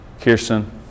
Kirsten